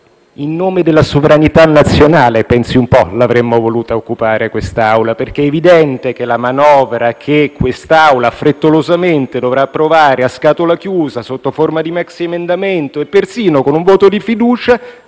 In nome della sovranità nazionale - pensi un po' - avremmo voluto occupare quest'Aula, perché è evidente che la manovra che l'Assemblea dovrà frettolosamente approvare a scatola chiusa, sotto forma di maxiemendamento - persino con un voto di fiducia